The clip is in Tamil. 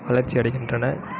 வளர்ச்சி அடைகின்றன